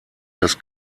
dass